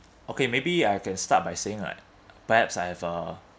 okay maybe I can start by saying like perhaps I have uh